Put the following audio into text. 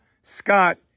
Scott